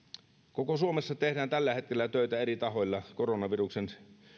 koko suomessa tehdään tällä hetkellä töitä eri tahoilla koronaviruksen